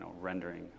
rendering